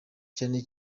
cyane